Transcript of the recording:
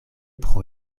pro